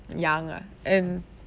young ah and